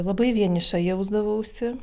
labai vieniša jausdavausi